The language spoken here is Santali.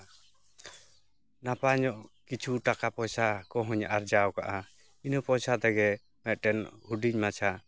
ᱱᱟᱯᱟᱭ ᱧᱚᱜ ᱠᱤᱪᱩ ᱴᱟᱠᱟ ᱯᱚᱭᱥᱟ ᱠᱚᱦᱚᱸᱧ ᱟᱨᱡᱟᱣ ᱠᱟᱜᱼᱟ ᱤᱱᱟᱹ ᱯᱚᱭᱥᱟ ᱛᱮᱜᱮ ᱢᱤᱫᱴᱮᱱ ᱦᱩᱰᱤᱧ ᱢᱟᱪᱷᱟ